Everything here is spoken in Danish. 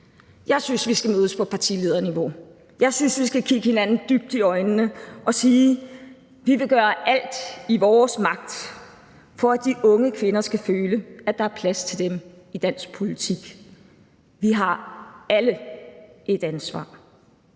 Jeg synes, vi skal mødes på partilederniveau. Jeg synes, vi skal kigge hinanden dybt i øjnene og sige, at vi vil gøre alt i vores magt, for at de unge kvinder skal føle, at der er plads til dem i dansk politik. Vi har alle et ansvar.